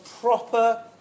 proper